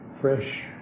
fresh